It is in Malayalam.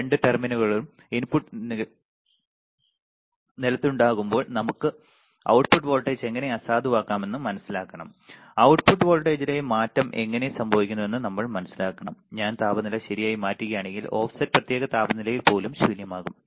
രണ്ട് ടെർമിനലുകളും ഇൻപുട്ട് നിലത്തുണ്ടാകുമ്പോൾ നമുക്ക് output വോൾട്ടേജ് എങ്ങനെ അസാധുവാക്കാമെന്ന് മനസിലാക്കണം output വോൾട്ടേജിലെ മാറ്റം എങ്ങനെ സംഭവിക്കുമെന്ന് നമ്മൾ മനസിലാക്കണം ഞാൻ താപനില ശരിയായി മാറ്റുകയാണെങ്കിൽ ഓഫ്സെറ്റ് പ്രത്യേക താപനിലയിൽ പോലും ശൂന്യമാകും